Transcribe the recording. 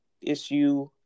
Issue